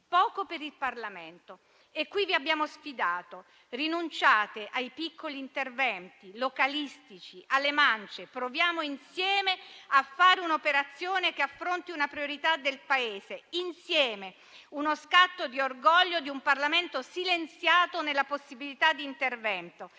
poco per il Parlamento. Qui vi abbiamo sfidato. Rinunciate ai piccoli interventi localistici, alle mance; proviamo, insieme, a fare un'operazione che affronti una priorità del Paese. Insieme, uno scatto di orgoglio di un Parlamento silenziato nella possibilità di intervento.